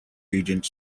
agent